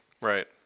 Right